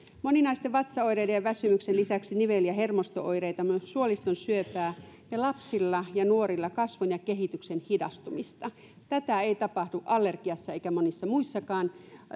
moninaisten vatsaoireiden ja väsymyksen lisäksi nivel ja hermosto oireita myös suoliston syöpää ja lapsilla ja nuorilla kasvun ja kehityksen hidastumista tätä ei tapahdu allergiassa eikä monissa muissakaan